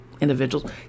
individuals